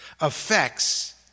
affects